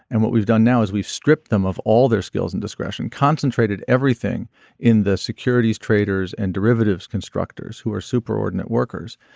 and what we've done now is we've stripped them of all their skills and discretion concentrated everything in the securities traders and derivatives constructors who are super ordinary workers.